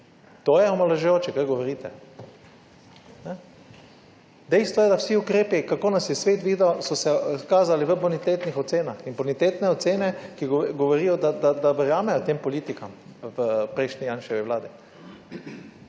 To je omalovažujoče, kar govorite. Dejstvo je, da vsi ukrepi, kako nas je svet videl, so se kazali v bonitetnih ocenah in bonitetne ocene, ki govorijo, da verjamejo tem politikam v prejšnji Janševi vladi.